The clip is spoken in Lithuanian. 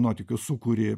nuotykių sūkurį